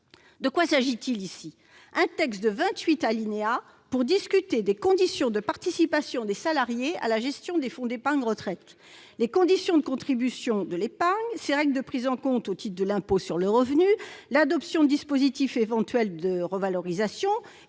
en vingt-huit alinéas. Elles concernent les conditions de participation des salariés à la gestion des fonds d'épargne retraite, les conditions de constitution de l'épargne, ses règles de prise en compte au titre de l'impôt sur le revenu, l'adoption de dispositifs éventuels de revalorisation ...